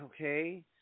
okay